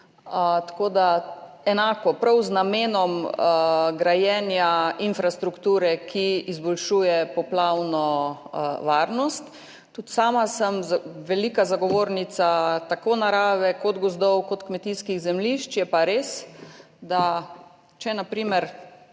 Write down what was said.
postopke, prav z namenom grajenja infrastrukture, ki izboljšuje poplavno varnost. Tudi sama sem velika zagovornica tako narave kot gozdov in kmetijskih zemljišč. Je pa res, da če na primer